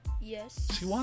Yes